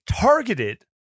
targeted